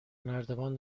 نردبان